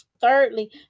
Thirdly